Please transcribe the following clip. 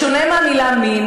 בשונה מהמילה מין,